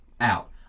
out